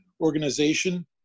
organization